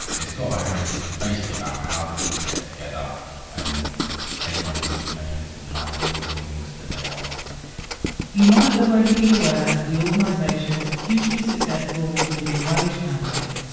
it's got a heritage which basically about how the people get together and take on decision makers and try and win the things that they want you might already be aware of the organisation's hugely successful living wage campaign.